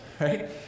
Right